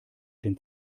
den